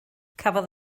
cafodd